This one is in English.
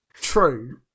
True